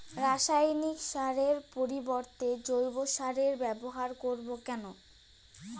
রাসায়নিক সারের পরিবর্তে জৈব সারের ব্যবহার করব কেন?